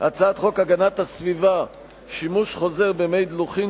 הצעת חוק הגנת הסביבה (שימוש חוזר במי דלוחין,